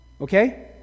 okay